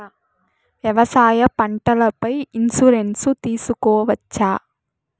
వ్యవసాయ పంటల పై ఇన్సూరెన్సు తీసుకోవచ్చా?